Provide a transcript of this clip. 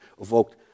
evoked